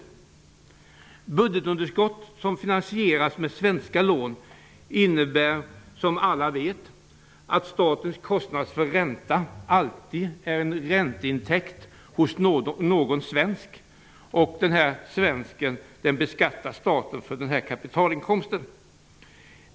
Det budgetunderskott som finansieras med svenska lån innebär, som alla vet, att statens kostnader för räntor alltid blir en ränteintäkt hos någon svensk, som staten beskattar för denna kapitalinkomst.